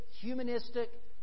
humanistic